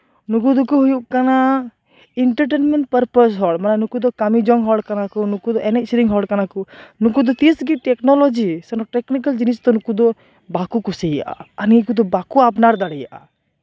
ᱱᱩᱠᱩ ᱫᱚᱠᱚ ᱦᱩᱭᱩᱜ ᱠᱟᱱᱟ ᱤᱱᱴᱟᱨᱴᱮᱱᱢᱮᱱᱴ ᱯᱟᱨᱯᱟᱥ ᱦᱚᱲ ᱢᱟᱱᱮ ᱩᱱᱠᱩ ᱫᱚ ᱠᱟᱹᱢᱤ ᱡᱚᱝ ᱦᱚᱲ ᱠᱟᱱᱟ ᱠᱚ ᱱᱩᱠᱩ ᱫᱚ ᱮᱱᱮᱡ ᱥᱮᱨᱮᱧ ᱦᱚᱲ ᱠᱟᱱᱟ ᱠᱚ ᱱᱩᱠᱩ ᱫᱚ ᱛᱤᱸᱥᱜᱮ ᱴᱮᱠᱱᱳᱞᱚᱡᱤ ᱴᱮᱠᱱᱤᱠᱮᱞ ᱡᱤᱱᱤᱥ ᱫᱚ ᱱᱩᱠᱩ ᱫᱚ ᱵᱟᱠᱚ ᱠᱩᱥᱤᱭᱟᱜᱼᱟ ᱟᱨ ᱱᱤᱭᱟᱹ ᱠᱚᱫᱚ ᱵᱟᱠᱚ ᱟᱯᱱᱟᱨ ᱫᱟᱲᱮᱭᱟᱜᱼᱟ